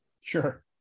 Sure